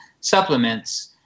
supplements